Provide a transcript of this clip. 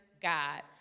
God